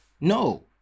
no